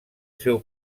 seu